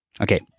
Okay